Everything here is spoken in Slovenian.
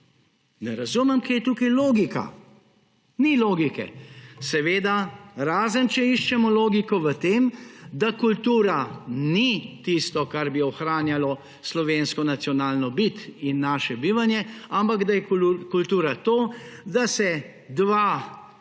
Ne razumem, kje je tukaj logika. Ni logike, seveda, razen, če iščemo logiko v tem, da kultura ni tisto, kar bi ohranjalo slovensko nacionalno bit in naše bivanje, ampak da je kultura to, da se dva slečeta